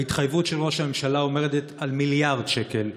ההתחייבות של ראש הממשלה עומדת על מיליארד שקל.